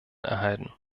erhalten